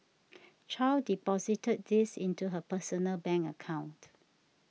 Chow deposited these into her personal bank account